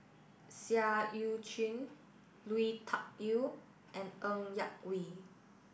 Seah Eu Chin Lui Tuck Yew and Ng Yak Whee